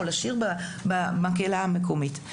או לשיר במקהלה המקומית.